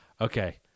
okay